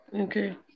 Okay